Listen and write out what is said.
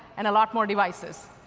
and a lot more devices.